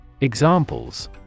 Examples